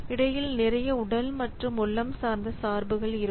இடையில் நிறைய உடல் மற்றும் உள்ளம் சார்ந்த சார்புகள் இருக்கும்